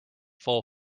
full